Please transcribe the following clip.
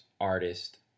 artist